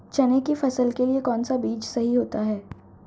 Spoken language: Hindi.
चने की फसल के लिए कौनसा बीज सही होता है?